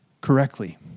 correctly